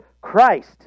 Christ